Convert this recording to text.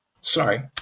Sorry